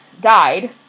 died